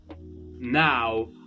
now